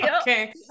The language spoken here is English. Okay